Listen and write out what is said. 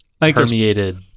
permeated